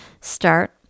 start